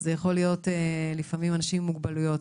וזה יכול להיות לפעמים אנשים עם מוגבלויות,